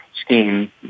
scheme